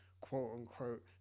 quote-unquote